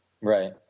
Right